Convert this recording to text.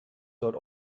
dort